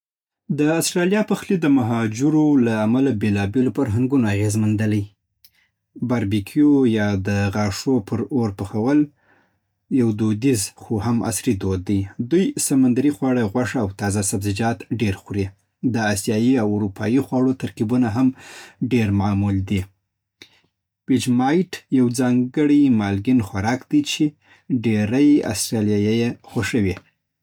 د آسټرالیا پخلی د مهاجرو له امله بېلابېلو فرهنګونو اغېز منل. باربیکیو یا د غاښو پر اور پخول، یو دودیز خو هم عصري دود دی. دوی سمندري خواړه، غوښه او تازه سبزي‌جات ډېر خوري. د آسیايي او اروپايي خواړو ترکیبونه هم ډېر معمول دي. ویجیمایټ یو ځانګړی مالګین خوراک دی، چې ډېری استرالیایان یې خوښوي